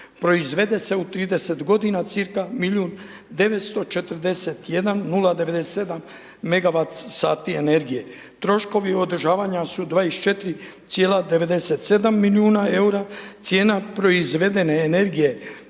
proizvede se u 30 g. u cca. milijun 941097 megawat sati energije. Troškovi održavanja su 24,97 milijuna eura, cijena proizvedene energije